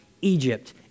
Egypt